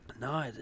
No